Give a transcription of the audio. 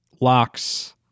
locks